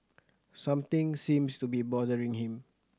something seems to be bothering him